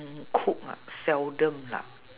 mm cook ah seldom lah